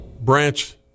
branch –